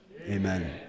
amen